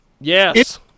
Yes